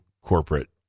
corporate